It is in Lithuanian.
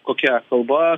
kokia kalba